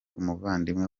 umuvandimwe